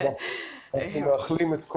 אנחנו מאחלים.